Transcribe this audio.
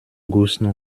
gouesnou